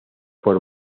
por